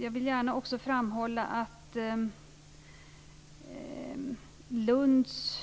Jag vill gärna också framhålla att Lunds